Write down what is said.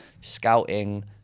scouting